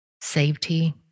safety